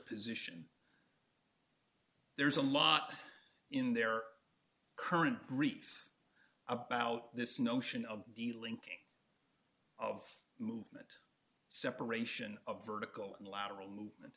position there's a lot in their current brief about this notion of the linking of movement separation of vertical and lateral movement